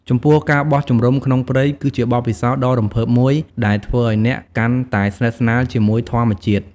ចំពោះការបោះជំរុំក្នុងព្រៃ គឺជាបទពិសោធន៍ដ៏រំភើបមួយដែលធ្វើឲ្យអ្នកកាន់តែស្និទ្ធស្នាលជាមួយធម្មជាតិ។